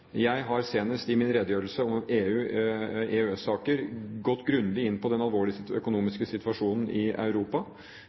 Jeg har, senest i min redegjørelse om EU/EØS-saker, gått grundig inn på den alvorlige